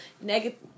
negative